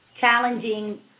challenging